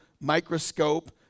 microscope